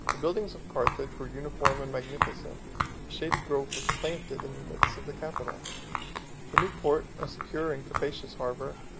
the buildings of carthage were uniform and magnificent a shady grove was planted in the midst of the capital the new port, a secure and capacious harbor,